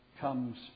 comes